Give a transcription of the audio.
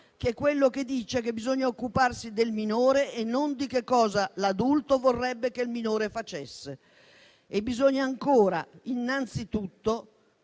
quello per cui bisogna occuparsi del minore e non di che cosa l'adulto vorrebbe che il minore facesse. Ancora, innanzitutto